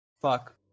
Fuck